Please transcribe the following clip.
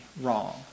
wrong